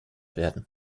werden